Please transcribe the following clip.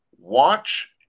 Watch